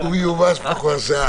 זה יהיה בכפוף לשיקול